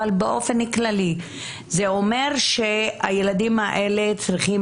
אבל באופן כללי זה אומר שהילדים האלה צריכים